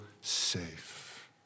safe